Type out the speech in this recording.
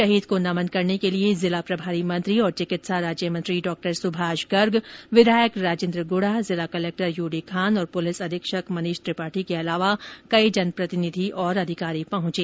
शहीद को नमन करने के लिए जिला प्रभारी मंत्री और चिकित्सा राज्य मंत्री डॉ सुभाष गर्ग विधायक राजेन्द्र गुढ़ा जिला कलेक्टर यूडी खान और पुलिस अधीक्ष मनीष त्रिपाठी के अलावा कई जनप्रतिनिधि और अधिकारी पहुंचे